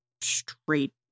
straight